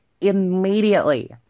immediately